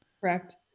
Correct